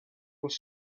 was